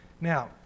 now